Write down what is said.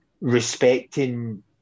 respecting